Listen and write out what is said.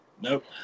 Nope